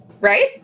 Right